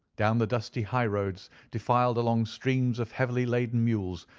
down the dusty high roads defiled long streams of heavily-laden mules,